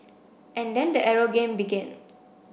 and then the arrow game began